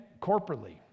corporately